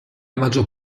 maggior